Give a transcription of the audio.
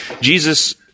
Jesus